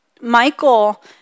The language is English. Michael